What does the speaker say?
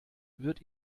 wird